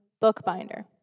bookbinder